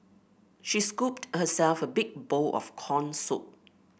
she scooped herself a big bowl of corn soup